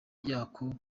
yako